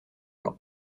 blanc